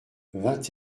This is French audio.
vingt